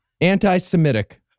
Anti-Semitic